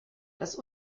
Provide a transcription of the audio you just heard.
das